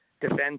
defend